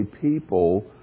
people